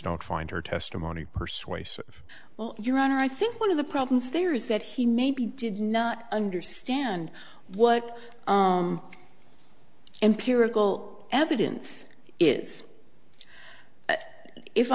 don't find her testimony persuasive well your honor i think one of the problems there is that he maybe did not understand what empirical evidence is